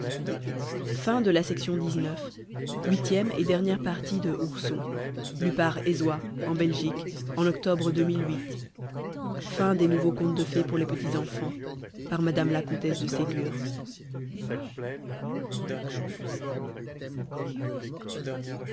bibliothèque nationale de france bnfgallica nouveaux contes de fées pour les petits enfants par mme la comtesse de ségur